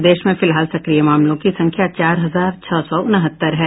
प्रदेश में फिलहाल सक्रिय मामलों की संख्या चार हजार छह सौ उनहत्तर है